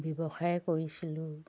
ব্যৱসায় কৰিছিলোঁ